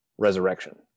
Resurrection